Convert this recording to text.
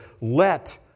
let